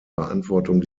beantwortung